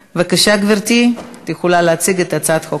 בבקשה, גברתי, את יכולה להציג את הצעת החוק